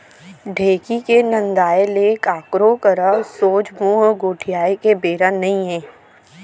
ढेंकी के नंदाय ले काकरो करा सोझ मुंह गोठियाय के बेरा नइये